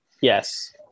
Yes